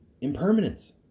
impermanence